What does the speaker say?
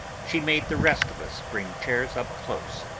she made the rest of us bring chairs up close.